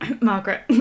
Margaret